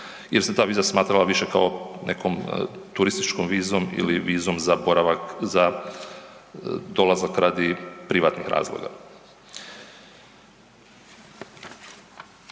jer se ta viza smatrala više kao nekom turističkom vizom ili vizom za boravak za dolazak radi privatnih razloga.